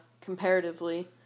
comparatively